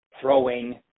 throwing